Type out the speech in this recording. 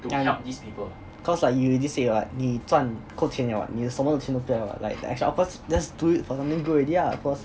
cause like you already say what 你赚够钱了 what 你什么钱都不要了 what like of course just do it for the main good already lah of course